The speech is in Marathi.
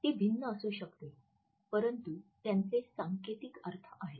ती भिन्न असू शकते परंतु त्यांचे सांकेतिक अर्थ आहेत